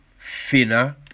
Finna